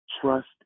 trust